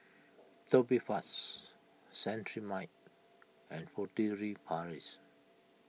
Tubifast Cetrimide and Furtere Paris